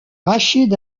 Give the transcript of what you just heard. rachid